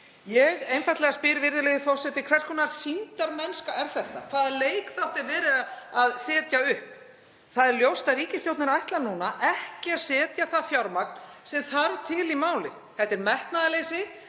einfaldlega, virðulegi forseti: Hvers konar sýndarmennska er þetta? Hvaða leikþátt er verið að setja upp? Það er ljóst að ríkisstjórnin ætlar núna ekki að setja það fjármagn sem þarf til í málið. Þetta er metnaðarleysi,